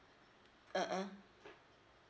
uh uh